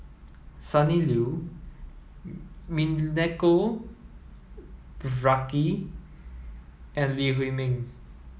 Sonny Liew Milenko Prvacki and Lee Huei Min